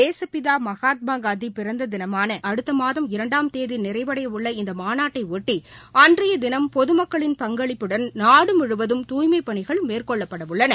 தேசப்பிதா மகாத்மா காந்தி பிறந்த தினமான அடுத்த மாதம் இரண்டாம் தேதி நிறைவடையவுள்ள இந்த மாநாட்டையொட்டி அன்றையதினம் பொதுமக்களின் பங்களிப்புடன் நாடு முழுவதும் தூய்மைப் பணிகள் மேற்கொள்ளப்படவுள்ளன